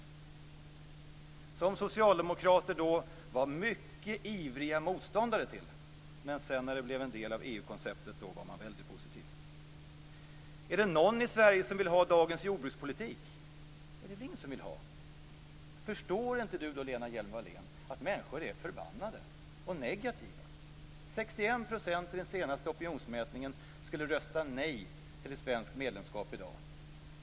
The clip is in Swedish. Det var socialdemokrater då mycket ivriga motståndare till. Men när det blev en del av EU-konceptet var de väldigt positiva. Är det någon i Sverige som vill ha dagens jordbrukspolitik? Det är det väl ingen som vill ha! Förstår då inte Lena Hjelm-Wallén att människor är förbannade och negativa? I den senaste opinionsmätningen skulle 61 % rösta nej till ett svenskt medlemskap i dag.